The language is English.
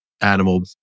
animal